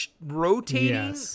rotating